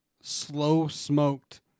slow-smoked